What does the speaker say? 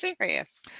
Serious